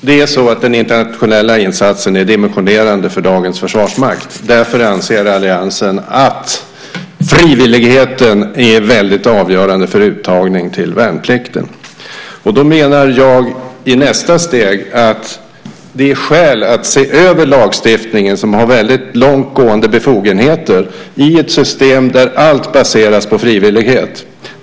Fru talman! Den internationella insatsen är dimensionerad för dagens försvarsmakt. Därför anser alliansen att frivilligheten är väldigt avgörande för uttagning till värnplikten. Då menar jag att det i nästa steg finns skäl att se över lagstiftningen, som har väldigt långtgående befogenheter i ett system där allt baseras på frivillighet.